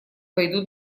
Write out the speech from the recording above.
пойду